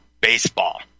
baseball